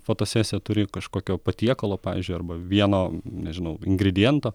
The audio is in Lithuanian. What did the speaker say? fotosesiją turi kažkokio patiekalo pavyzdžiui arba vieno nežinau ingrediento